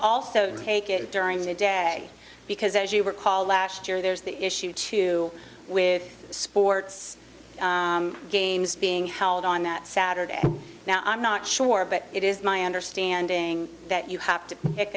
also take it during the day because as you recall last year there's the issue too with the sports games being held on that saturday now i'm not sure but it is my understanding that you have to pick